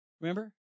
Remember